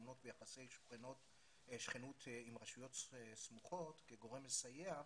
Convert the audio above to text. שטמונות ביחסי שכנות עם רשויות סמוכות כגורם מסייע,